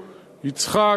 יצחק,